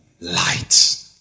light